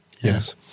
yes